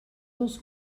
dels